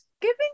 giving